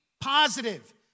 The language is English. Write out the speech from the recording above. positive